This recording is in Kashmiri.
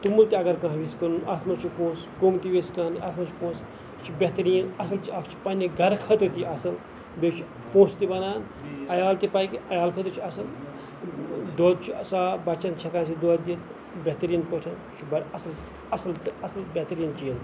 توٚمُل اگر کانٛہہ یژھِ کُنُن اَتھ مَنٛز چھُ پونٛسہٕ کوٚم تہِ یژھِ کانٛہہ اَتھ مَنٛز چھُ پونٛسہٕ یہِ چھُ بہتریٖن اصل اکھ چھُ پَننہِ گَرٕ خٲطرٕ تہِ یہِ اصل بیٚیہِ چھُ پونٛسہٕ تہِ بَنان عیال تہِ پَکہِ عیال خٲطرٕ چھُ اصل دۄد چھُ صاف بَچَن چھِ ہیٚکان أسۍ یہِ دۄد دِتھ بہتریٖن پٲٹھۍ یہِ چھُ بَڑٕ اصل اصل اصل بہتریٖن چیٖز